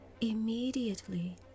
Immediately